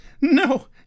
no